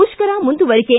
ಮುಷ್ಕರ ಮುಂದುವರಿಕೆ